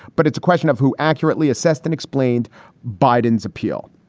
but it's question of who accurately assessed and explained biden's appeal.